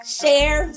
share